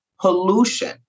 pollution